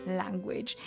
language